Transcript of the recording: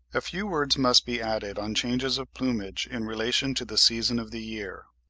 a few words must be added on changes of plumage in relation to the season of the year.